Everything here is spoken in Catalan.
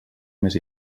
més